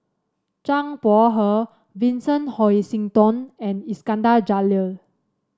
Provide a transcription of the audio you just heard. Zhang Bohe Vincent Hoisington and Iskandar Jalil